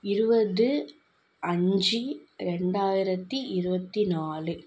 இருபது அஞ்சு ரெண்டாயிரத்தி இருபத்தி நாலு